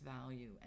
value